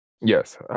Yes